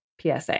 PSA